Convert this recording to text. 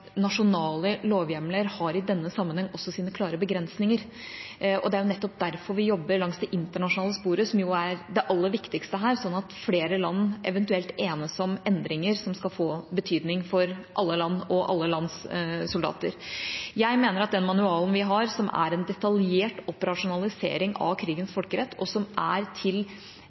nasjonale lovhjemler i denne sammenheng også har sine klare begrensninger, og det er nettopp derfor vi jobber langs det internasjonale sporet, som jo er det aller viktigste her, slik at flere land eventuelt enes om endringer som vil få betydning for alle land og alle lands soldater. Jeg mener den manualen vi har, som er en detaljert operasjonalisering av krigens folkerett, og som er til